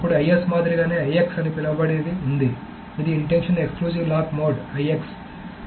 అప్పుడు IS మాదిరిగానే IX అని పిలవబడేది ఉంది ఇది intention exclusive lock mode IX